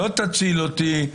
לא תציל אותי.